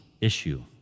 issue